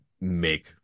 make